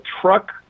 truck